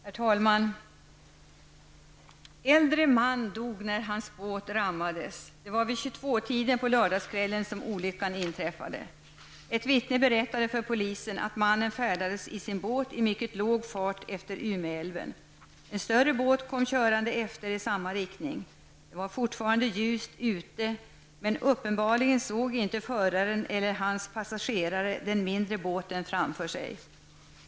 Herr talman! Äldre man dog när hans båt rammades. Det var vid 22-tiden på lördagskvällen som olyckan inträffade. Ett vittne berättade för polisen att mannen färdades i sin båt i mycket låg fart efter Umeälven. En större båt kom körande efter i samma riktning. Det var fortfarande ljust ute men uppenbarligen såg inte föraren eller hans passagerare den mindre båten framför sig.